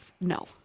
No